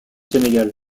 sénégal